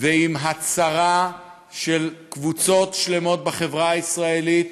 ועם הצרה של קבוצות שלמות בחברה הישראלית,